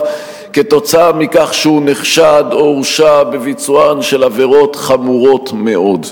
כתוצאה מכך שהוא נחשד או הורשע בביצוען של עבירות חמורות מאוד.